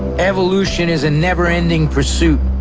evolution is a never-ending pursuit.